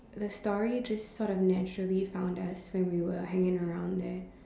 the story just sort of naturally found us when we were hanging around there